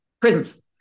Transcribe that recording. prisons